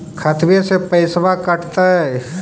खतबे से पैसबा कटतय?